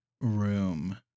room